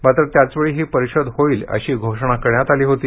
मात्र त्याचवेळी ही परिषद होईल अशी घोषणा करण्यात आली होती